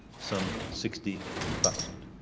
some sixty thousand.